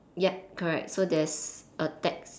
yup correct so there's a tax~